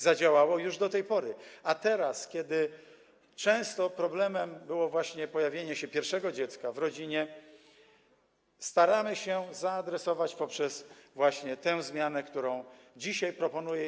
Zadziałało już do tej pory, a teraz, ponieważ często problemem było właśnie pojawienie się pierwszego dziecka w rodzinie, staramy się zaadresować to poprzez właśnie tę zmianę, którą dzisiaj proponuję.